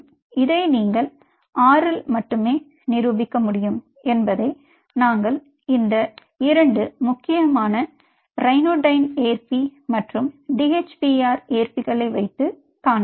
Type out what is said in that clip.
மேலும் இதை நீங்கள் R ஆல் மட்டுமே நிரூபிக்க முடியும் என்பதை நாங்கள் இந்த 2 முக்கியமான ரியானோடைன் ஏற்பி மற்றும் DHPR ஏற்பிகளை வைத்து காணலாம்